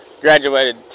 graduated